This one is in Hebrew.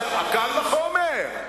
קל וחומר.